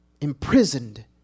imprisoned